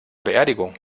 beerdigung